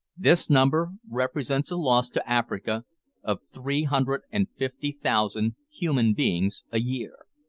this number represents a loss to africa of three hundred and fifty thousand human beings a year.